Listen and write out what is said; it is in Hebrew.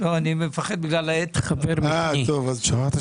שאנחנו שמענו